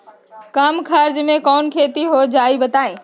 कम खर्च म कौन खेती हो जलई बताई?